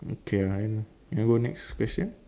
okay I I go next question